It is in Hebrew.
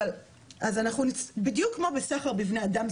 אז בדיוק כמו בסחר בבני אדם,